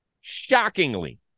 Shockingly